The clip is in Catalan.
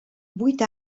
vuit